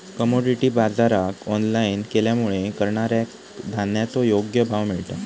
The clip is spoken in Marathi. कमोडीटी बाजराक ऑनलाईन केल्यामुळे करणाऱ्याक धान्याचो योग्य भाव मिळता